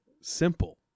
simple